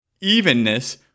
evenness